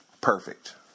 Perfect